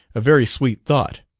a very sweet thought.